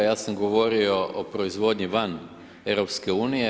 Ja sam govorio o proizvodnji van EU.